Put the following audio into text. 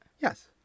Yes